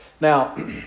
Now